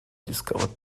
discovered